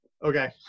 okay